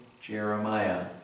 Jeremiah